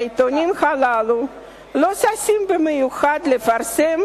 העיתונים הללו לא ששים במיוחד לפרסם